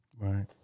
right